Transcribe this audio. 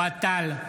אוהד טל,